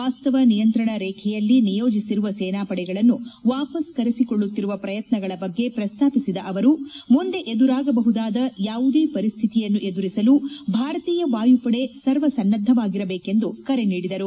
ವಾಸ್ತವ ನಿಯಂತ್ರಣ ರೇಖೆಯಲ್ಲಿ ನಿಯೋಜಿಸಿರುವ ಸೇನಾಪಡೆಗಳನ್ನು ವಾಪಸ್ ಕರೆಸಿಕೊಳ್ಳುತ್ತಿರುವ ಪ್ರಯತ್ನಗಳ ಬಗ್ಗೆ ಪ್ರಸ್ತಾಪಿಸಿದ ಅವರು ಮುಂದೆ ಎದುರಾಗಬಹುದಾದ ಯಾವುದೇ ಪರಿಸ್ಹಿತಿಯನ್ನು ಎದುರಿಸಲು ಭಾರತೀಯ ವಾಯುಪಡೆ ಸರ್ವಸನ್ನದ್ದವಾಗಿರಬೇಕೆಂದು ಅವರು ಕರೆ ನೀಡಿದರು